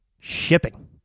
shipping